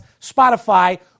Spotify